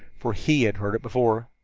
for he had heard it before.